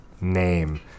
name